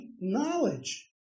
knowledge